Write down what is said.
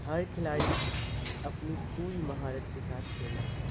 ہر کھلاڑی اپنی پوری مہارت کے ساتھ کھیل رہا تھا